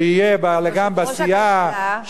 שיהיה בלגן בסיעה,